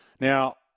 Now